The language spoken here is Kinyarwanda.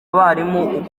abarimu